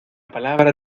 palabra